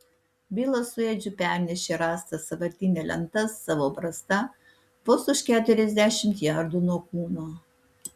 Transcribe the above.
bilas su edžiu pernešė rastas sąvartyne lentas savo brasta vos už keturiasdešimt jardų nuo kūno